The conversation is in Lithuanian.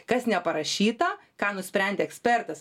kas neparašyta ką nusprendė ekspertas